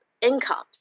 incomes